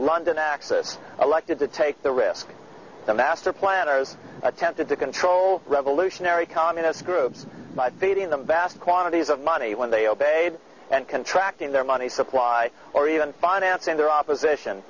london access elected to take the risk the master plan attempted to control revolutionary communist groups by baiting them vast quantities of money when they obeyed and contract in their money supply or even financing their opposition